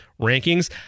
rankings